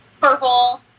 purple